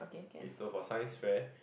okay so for science fair